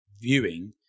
viewing